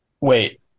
Wait